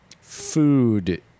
food